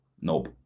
Nope